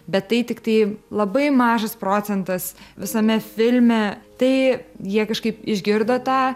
bet tai tiktai labai mažas procentas visame filme tai jie kažkaip išgirdo tą